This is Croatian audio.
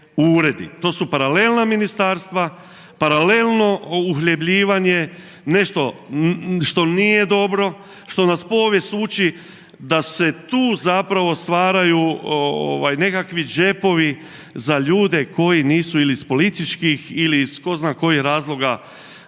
to su paralelna ministarstva, paralelno uhljebljivanje, nešto što nije dobro, što nas povijest uči da se tu zapravo stvaraju ovaj nekakvi džepovi za ljude koji nisu ili iz političkih ili iz tko zna kojih razloga